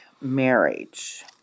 marriage